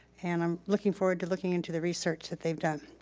and i'm looking forward to looking into the research that they've done.